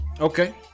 Okay